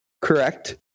Correct